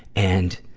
and,